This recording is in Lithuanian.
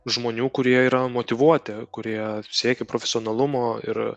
žmonių kurie yra motyvuoti kurie siekia profesionalumo ir